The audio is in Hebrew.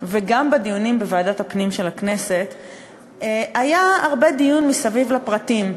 וגם בוועדת הפנים של הכנסת היה דיון נרחב מסביב לפרטים: